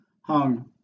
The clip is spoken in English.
hung